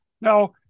Now